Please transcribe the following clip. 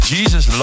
Jesus